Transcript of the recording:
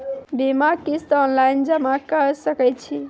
बीमाक किस्त ऑनलाइन जमा कॅ सकै छी?